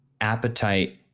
appetite